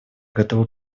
готовы